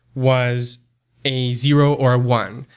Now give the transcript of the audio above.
was a zero, or a one.